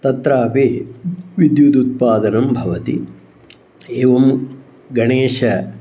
तत्रापि विद्युदुत्पादनं भवति एवं गणेशः